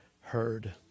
heard